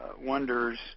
wonders